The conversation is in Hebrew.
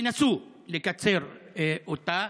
שתנסו לקצר אותה.